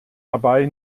dabei